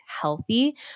healthy